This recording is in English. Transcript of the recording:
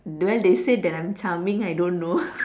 well they said that I'm charming I don't know